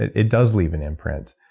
it does leave an imprint.